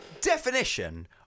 definition